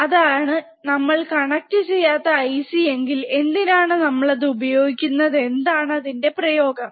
അതാണ് നമ്മൾ കണക്ട് ചെയ്യാത്ത IC എങ്കിൽ എന്തിനാണ് നമ്മൾ അത് ഉപയോഗിക്കുന്നത് എന്താണ് അതിന്റെ ഉപയോഗം